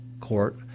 Court